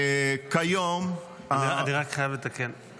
אני רק חייב לתקן,